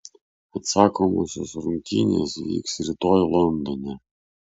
atsakomosios rungtynės vyks rytoj londone